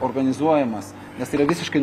organizuojamas nes tai yra visiškai